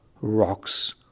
rocks